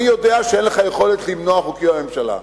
אני יודע שאין לך יכולת למנוע חוקים מהממשלה,